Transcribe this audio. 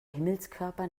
himmelskörper